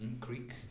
creek